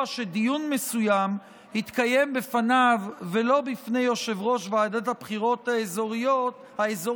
שדיון מסוים יתקיים בפניו ולא בפני יושב-ראש ועדת הבחירות האזורית,